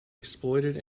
exploited